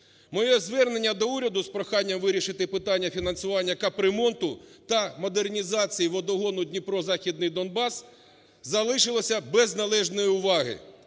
Моє звернення до уряду з проханням вирішити питання фінансування капремонту та модернізації водогону "Дніпро-Західний Донбас" залишилося без належної уваги.